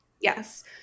Yes